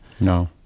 No